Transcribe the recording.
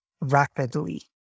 rapidly